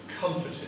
comforted